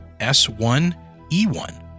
S1E1